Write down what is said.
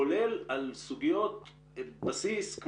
כולל על סוגיות בסיס,